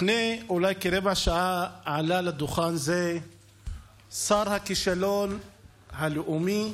לפני כרבע שעה אולי עלה לדוכן זה שר הכישלון הלאומי,